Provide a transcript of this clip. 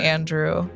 Andrew